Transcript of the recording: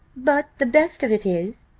but the best of it is,